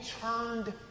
turned